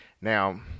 Now